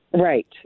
Right